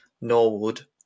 Norwood